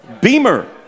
Beamer